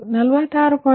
ಆದ್ದರಿಂದ 46